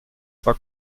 zwar